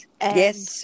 Yes